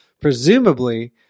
Presumably